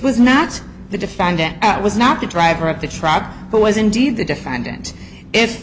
was not the defendant that was not the driver of the truck but was indeed the defendant if